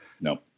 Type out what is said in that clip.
No